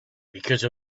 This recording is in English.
because